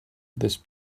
this